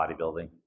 Bodybuilding